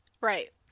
right